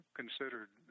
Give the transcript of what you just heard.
considered